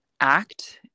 act